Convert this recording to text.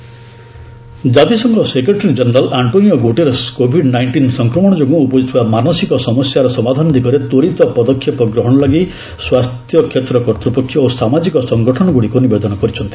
ଗ୍ନଟେରସ୍ appeal ଜାତିସଂଘ secretary general Antonio Guterres Covid nineteen ସଂକ୍ରମଣ ଯୋଗୁଁ ଉପୁଜିଥିବା ମାନସିକ ସମସ୍ୟାର ସମାଧାନ ଦିଗରେ ତ୍ୱରିତ ପଦକ୍ଷେପ ଗ୍ରହଣ ଲାଗି ସ୍ୱାସ୍ଥ୍ୟ କ୍ଷେତ୍ର କର୍ତ୍ତ୍ୱପକ୍ଷ ଓ ସାମାଜିକ ସଂଗଠନଗୁଡ଼ିକୁ ନିବେଦନ କରିଛନ୍ତି